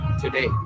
today